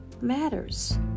matters